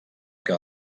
que